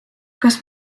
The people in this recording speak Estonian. kas